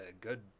good